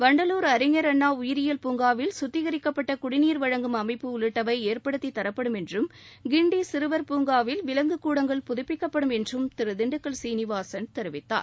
வண்டலூர் அறிஞர் அண்ணா உயிரியல் பூங்காவில் சுத்திகரிக்கப்பட்ட குடிநீர் வழங்கும் அமைப்பு உள்ளிட்டவை ஏற்படுத்தித் தரப்படும் என்றும் கிண்டி சிறுவர் பூங்காவில் விலங்கு க்படங்கள் புதப்பிக்கப்படும் என்றும் திரு திண்டுக்கல் சீனிவாசன் தெரிவித்தார்